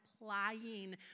applying